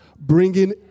Bringing